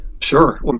sure